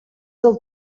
del